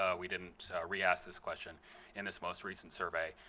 ah we didn't re-ask this question in this most recent survey.